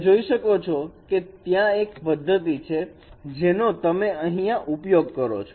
તમે જોઈ શકો છો કે ત્યાં એક પદ્ધતિ છે જેનો તમે અહિંયા ઉપયોગ કરો છો